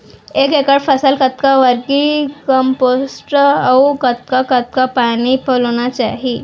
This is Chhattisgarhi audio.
एक एकड़ फसल कतका वर्मीकम्पोस्ट अऊ कतका कतका पानी पलोना चाही?